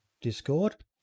Discord